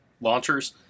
launchers